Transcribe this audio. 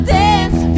dance